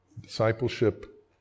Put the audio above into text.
Discipleship